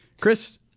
Chris